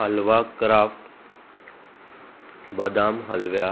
halwa craft बदाम हलव्या